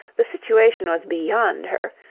the situation was beyond her.